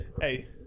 Hey